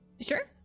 sure